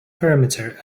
perimeter